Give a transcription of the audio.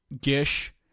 Gish